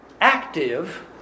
Active